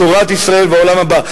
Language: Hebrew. תורת ישראל והעולם הבא".